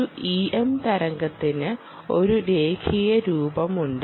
ഒരു EM തരംഗത്തിന് ഒരു രേഖീയ രൂപമുണ്ട്